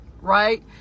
right